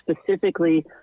specifically